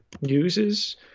uses